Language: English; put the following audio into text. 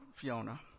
Fiona